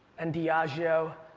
and diageo,